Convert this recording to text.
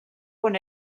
quan